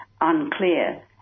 unclear